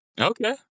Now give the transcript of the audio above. Okay